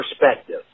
perspective